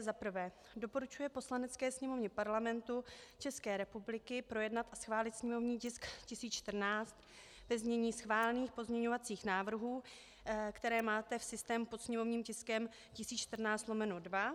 I. doporučuje Poslanecké sněmovně Parlamentu České republiky projednat a schválit sněmovní tisk 1014 ve znění schválených pozměňovacích návrhů, které máte v systému pod sněmovním tiskem 1014/2;